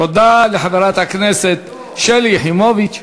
תודה לחברת הכנסת שלי יחימוביץ.